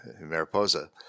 Mariposa